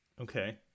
Okay